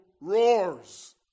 roars